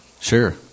Sure